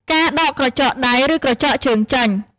ការដកក្រចកដៃ ឬក្រចកជើងចេញ។